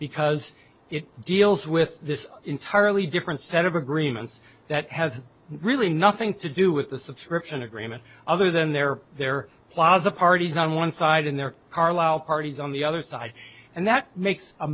because it deals with this entirely different set of agreements that have really nothing to do with the subscription agreement other than there are there plaza parties on one side and there are loud parties on the other side and that makes a